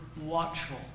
watchful